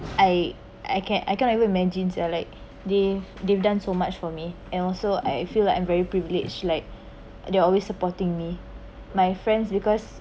I I can I can't even imagine are like they they’ve done so much for me and also I feel like I'm very privileged like they're always supporting me my friends because